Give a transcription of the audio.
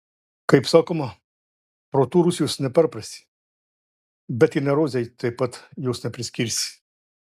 kaip sakoma protu rusijos neperprasi bet ir neurozei taip pat jos nepriskirsi